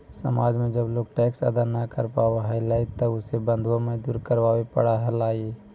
समाज में जब लोग टैक्स अदा न कर पावा हलाई तब उसे बंधुआ मजदूरी करवावे पड़ा हलाई